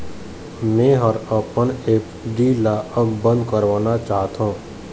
मै ह अपन एफ.डी ला अब बंद करवाना चाहथों